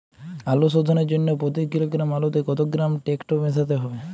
আলু শোধনের জন্য প্রতি কিলোগ্রাম আলুতে কত গ্রাম টেকটো মেশাতে হবে?